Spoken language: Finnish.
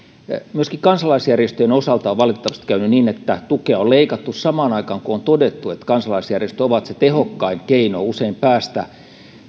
myöskin kansalaisjärjestöjen osalta on valitettavasti käynyt niin että tukea on leikattu samaan aikaan kuin on todettu että kansalaisjärjestöt ovat usein se tehokkain keino